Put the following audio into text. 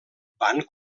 van